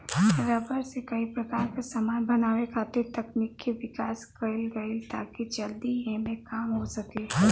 rubber से कई प्रकार क समान बनावे खातिर तकनीक के विकास कईल गइल ताकि जल्दी एमे काम हो सके